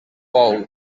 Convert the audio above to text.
bou